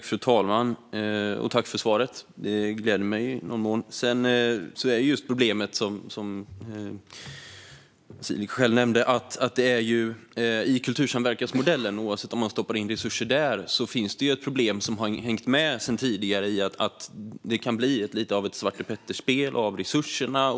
Fru talman! Jag tackar för svaret, som i någon mån gläder mig. Som Vasiliki själv nämnde finns det ett problem i kultursamverkansmodellen, oavsett om man stoppar resurser där. Problemet, som har hängt med sedan tidigare, är att det kan bli lite av ett svartepetterspel om resurserna.